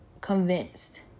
Convinced